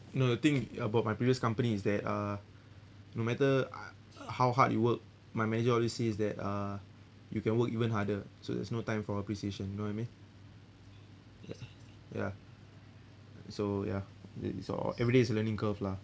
you know the thing about my previous company is that uh no matter ah how hard you work my manager always says that uh you can work even harder so there's no time for appreciation you know what I mean ya ya so ya it is all everyday is learning curve lah